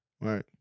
Right